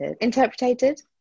interpreted